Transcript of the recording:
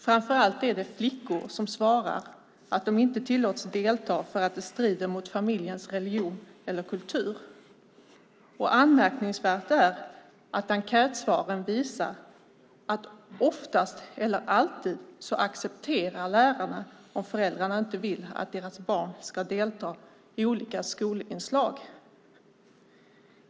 Framför allt är det flickor som svarar att de inte tillåts delta för att det strider mot familjens religion eller kultur. Anmärkningsvärt är att enkätsvaren visar att lärarna oftast eller alltid accepterar om föräldrarna inte vill att deras barn ska delta i olika skolinslag.